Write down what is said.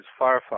firefighters